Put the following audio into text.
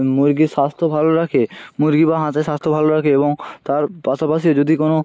মুরগির স্বাস্থ্য ভালো রাখে মুরগি বা হাঁসের স্বাস্থ্য ভালো রাখে এবং তার পাশাপাশি যদি কোনো